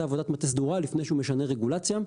עבודת מטה סדורה לפני שהוא משנה רגולציה.